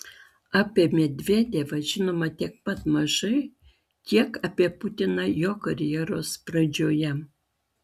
apie medvedevą žinoma tiek pat mažai kiek apie putiną jo karjeros pradžioje